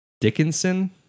Dickinson